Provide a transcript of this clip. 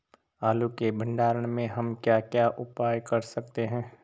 आलू के भंडारण में हम क्या क्या उपाय कर सकते हैं?